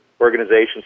organizations